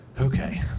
Okay